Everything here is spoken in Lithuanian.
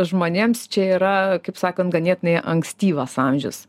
žmonėms čia yra kaip sakant ganėtinai ankstyvas amžius